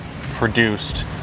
produced